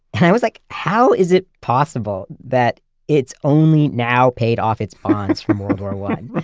and i was like, how is it possible that it's only now paid off its bonds from world war like